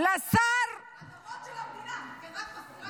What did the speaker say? על האדמות שלנו, האדמות של המדינה.